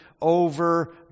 over